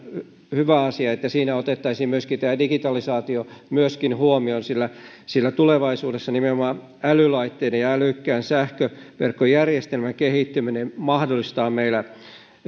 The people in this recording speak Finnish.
hyvä asia että siinä otettaisiin myöskin digitalisaatio huomioon sillä sillä tulevaisuudessa nimenomaan älylaitteiden ja älykkään sähköverkkojärjestelmän kehittyminen mahdollistaa meillä